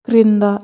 క్రింద